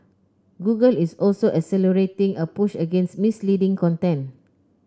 Google is also accelerating a push against misleading content